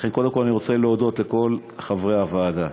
לכן, קודם כול, אני רוצה להודות לכל חברי הוועדה.